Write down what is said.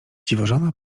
dziwożona